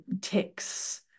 ticks